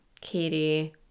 Katie